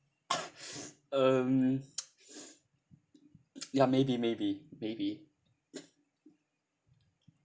um ya maybe maybe maybe